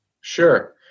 Sure